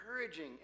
encouraging